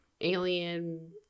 alien